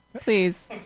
Please